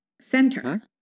center